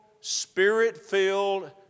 spirit-filled